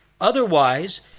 Otherwise